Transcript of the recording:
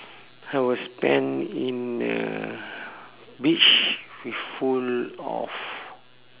I will spend in a beach with full of